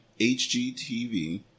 HGTV